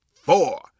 four